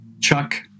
chuck